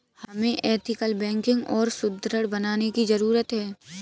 हमें ethical banking को और सुदृढ़ बनाने की जरूरत है